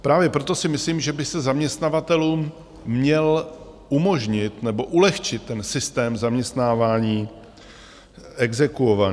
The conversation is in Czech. Právě proto si myslím, že by se zaměstnavatelům měl umožnit nebo ulehčit ten systém zaměstnávání exekuovaných.